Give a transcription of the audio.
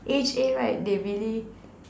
A_H_A right they really